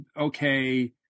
okay